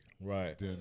Right